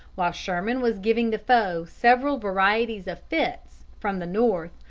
while sherman was giving the foe several varieties of fits, from the north,